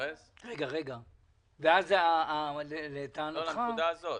אז לטענתך